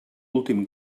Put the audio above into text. últim